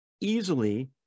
easily